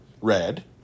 Red